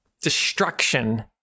destruction